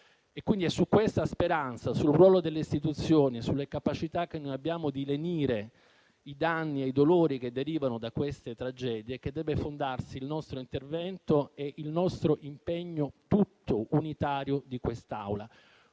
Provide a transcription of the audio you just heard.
Stato. È su questa speranza, sul ruolo delle istituzioni e sulla capacità che noi abbiamo di lenire i danni e i dolori che derivano da queste tragedie, che credo debba fondarsi il nostro intervento e l'impegno unitario di quest'Aula.